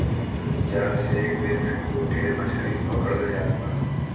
जाल से एक बेर में खूब ढेर मछरी पकड़ल जात बा